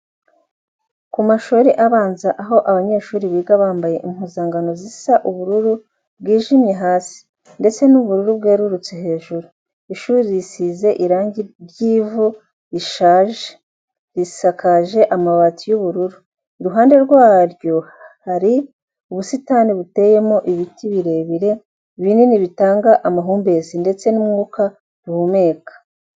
Ku mashuri abanza aho abanyeshuri biga bambaye impuzankano zisa ubururu bwijimye hasi, ndetse n'ubururu bwerurutse hejuru. Ishuri risize irangi ry'ivu rishaje, risakaje amabati y'ubururu. Iruhande rwaryo hari ubusitani buteyemo ibiti birebire binini bitanga amahumbezi, ndetse n'umwuka duhumeka.